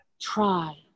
Try